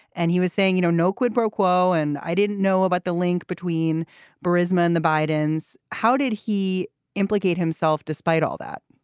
and he was saying, you know, no quid pro quo. and i didn't know about the link between verismo and the bidens. how did he implicate himself despite all that?